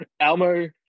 Almo